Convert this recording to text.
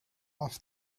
off